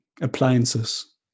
appliances